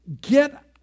Get